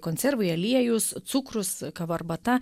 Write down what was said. konservai aliejus cukrus kava arbata